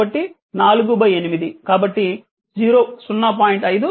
కాబట్టి 4 8 కాబట్టి 0